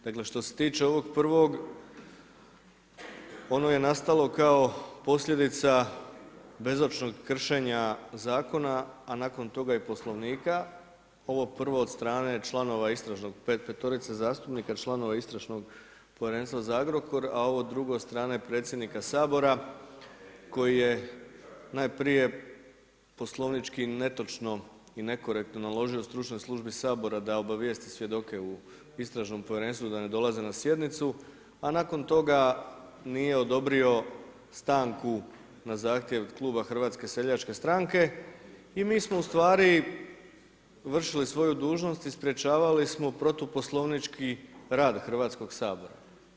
Dakle, što se tiče ovog prvog, ono je nastalo kao posljedica bezočnog kršenja zakona a nakon toga i Poslovnika, ovo prvo od petorice zastupnika članova Istražnog povjerenstva za Agrokor a ovo drugo od strane predsjednika Sabora koji je najprije poslovnički netočno i nekorektno naložio stručnoj službi Sabora da obavijesti svjedoke u istražnom povjerenstvu da ne dolaze na sjednicu a nakon toga nije odobrio stanku na zahtjev kluba HSS-a i mi smo ustvari vršili svoju dužnost i sprečavali smo protuposlovnički rad Hrvatskog sabora.